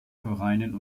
vereinen